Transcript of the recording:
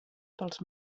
pels